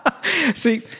See